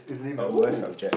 oh